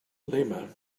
lima